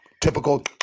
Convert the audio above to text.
Typical